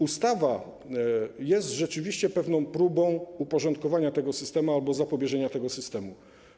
Ustawa jest rzeczywiście pewną próbą uporządkowania tego systemu albo zapobieżenia temu.